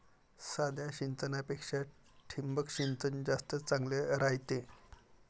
साध्या सिंचनापेक्षा ठिबक सिंचन जास्त चांगले रायते